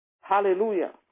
Hallelujah